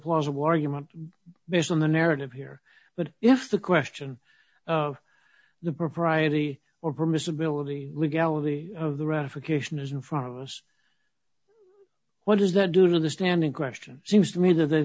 plausible argument based on the narrative here but if the question of the propriety or permissibility legality of the ratification is in front of us what does that do to the standing question seems to me to the